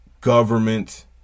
government